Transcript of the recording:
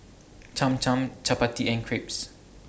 Cham Cham Chapati and Crepes